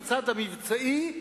בצד המבצעי,